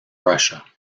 russia